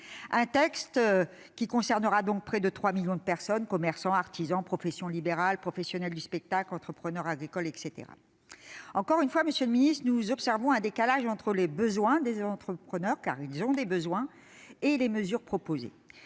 Ce texte concernera près de 3 millions de personnes- commerçants, artisans, professions libérales, professionnels du spectacle, entrepreneurs agricoles ... Encore une fois, monsieur le ministre, nous observons un décalage entre les besoins des entrepreneurs et les mesures proposées.